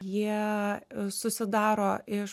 jie susidaro iš